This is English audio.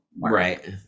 right